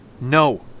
No